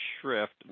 shrift